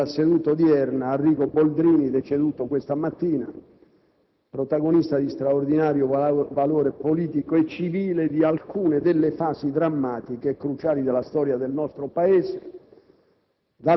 della seduta odierna, Arrigo Boldrini, deceduto questa mattina, protagonista di straordinario valore politico e civile di alcune delle fasi drammatiche e cruciali della storia del nostro Paese,